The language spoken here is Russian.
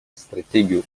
стратегию